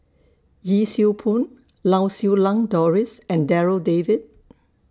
Yee Siew Pun Lau Siew Lang Doris and Darryl David